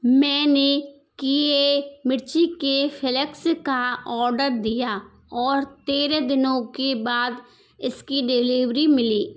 मैंने किये मिर्ची के फ्लैक्स का ऑर्डर दिया और तेरह दिनों के बाद इसकी डिलीवरी मिली